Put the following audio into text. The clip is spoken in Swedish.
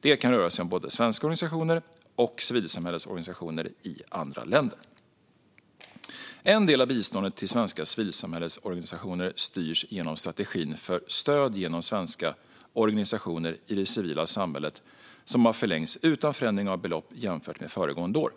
Det kan röra sig om både svenska organisationer och civilsamhällesorganisationer i andra länder. En del av biståndet till svenska civilsamhällesorganisationer styrs genom strategin för stöd genom svenska organisationer i det civila samhället som har förlängts utan förändring av belopp jämfört med föregående år.